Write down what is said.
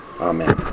Amen